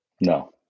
No